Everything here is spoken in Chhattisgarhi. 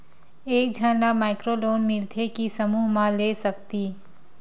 एक झन ला माइक्रो लोन मिलथे कि समूह मा ले सकती?